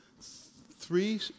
three